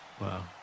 wow